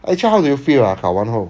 actually how do you feel ah 考完后